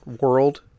world